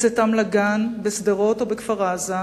בצאתם לגן, בשדרות או בכפר-עזה,